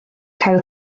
cael